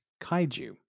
kaiju